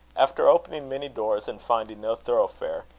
after opening many doors and finding no thoroughfare,